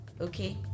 Okay